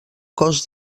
cos